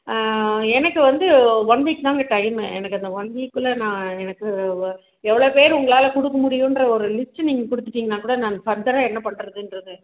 ஆ எனக்கு வந்து one week தாங்க டைம்மு எனக்கு அந்த ஒன் வீக் குள்ளே நான் எனக்கு எவ்வளோ பேர் உங்களால் கொடுக்க முடியுன்ற ஒரு லிஸ்ட்டு நீங்கள் கொடுத்துடிங்கனா கூட நான் ஃபார்தராக என்ன பண்ணுறதுன்றது